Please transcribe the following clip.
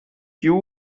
you